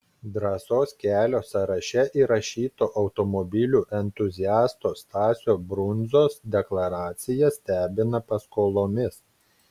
drąsos kelio sąraše įrašyto automobilių entuziasto stasio brundzos deklaracija stebina paskolomis